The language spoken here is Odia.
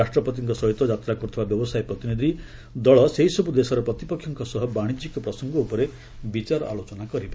ରାଷ୍ଟ୍ରପତିଙ୍କ ସହିତ ଯାତ୍ରା କର୍ଥିବା ବ୍ୟବସାୟ ପ୍ରତିନିଧି ଦଳ ସେହିସବୁ ଦେଶର ପ୍ରତିପକ୍ଷଙ୍କ ସହ ବାଣିଜ୍ୟିକ ପ୍ରସଙ୍ଗ ଉପରେ ବିଚାର ଆଲୋଚନା କରିବେ